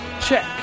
check